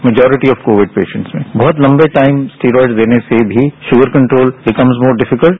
majority of Covid patient में बहुत लंबे टाइम स्टेरॉयड देने से भी sugar control become more difficult